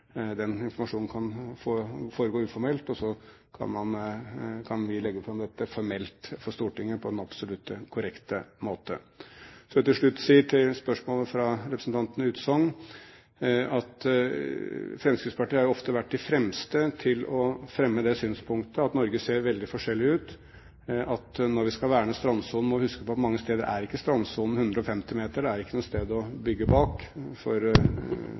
Den informasjonen kan foregå uformelt, og så kan vi legge fram dette formelt for Stortinget på den absolutt korrekte måte. Så vil jeg til slutt si til spørsmålet fra representanten Utsogn: Fremskrittspartiet har jo ofte vært de fremste til å fremme det synspunktet at Norge ser veldig forskjellig ut, at når vi skal verne strandsonen, må vi huske på at strandsonen mange steder ikke er 150 meter, at det ikke er noe sted å bygge bak, for